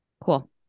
Cool